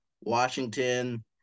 Washington